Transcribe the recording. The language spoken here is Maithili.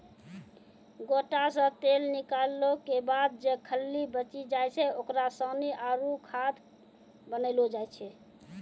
गोटा से तेल निकालो के बाद जे खल्ली बची जाय छै ओकरा सानी आरु खाद बनैलो जाय छै